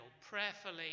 prayerfully